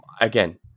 again